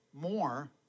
more